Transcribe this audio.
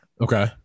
Okay